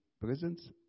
presence